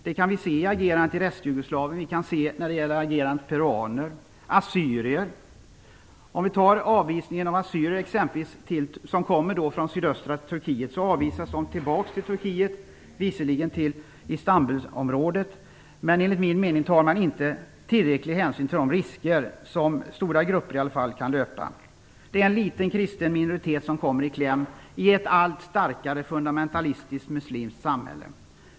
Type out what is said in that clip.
Det kan vi se i agerandet avseende Restjugoslavien och agerandet gentemot peruaner och assyrier. Assyrier som kommer från sydöstra Turkiet avvisas tillbaka till Turkiet, visserligen till Istanbulområdet, men enligt min mening tar man inte tillräcklig hänsyn till de risker som de avvisade kan löpa. Det är en liten kristen minoritet som kommer i kläm i ett allt mer fundamentalistiskt muslimskt samhälle.